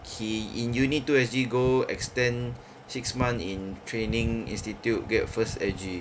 he in unit two S_G go extend six month in training institute get first S_G